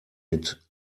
mit